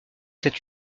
cet